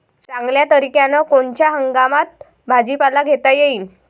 चांगल्या तरीक्यानं कोनच्या हंगामात भाजीपाला घेता येईन?